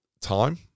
time